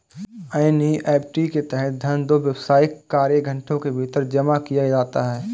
NEFT के तहत धन दो व्यावसायिक कार्य घंटों के भीतर जमा किया जाता है